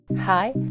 Hi